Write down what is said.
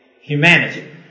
humanity